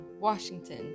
washington